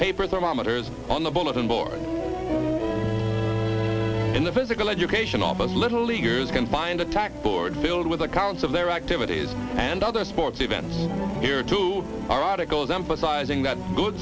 paper thermometers on the bulletin board in the physical education office little leaguers can find attack board filled with accounts of their activities and other sports events here to our articles emphasizing that good